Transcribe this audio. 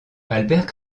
albert